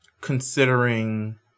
considering